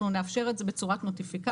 אנחנו נאפשר את זה בצורת נוטיפיקציה.